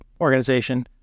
organization